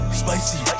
spicy